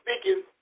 speaking